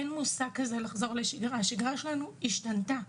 אין מושג כזה "לחזור לשגרה", השגרה שלנו השתנתה,